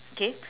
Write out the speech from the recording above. K